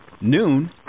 noon